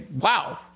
wow